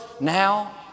now